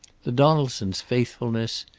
the donaldsons' faithfulness,